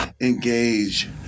engage